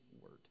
word